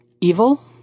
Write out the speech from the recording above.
evil